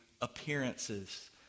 appearances